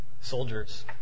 Soldiers